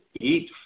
eat